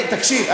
תקשיב.